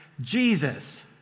Jesus